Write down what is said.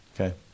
Okay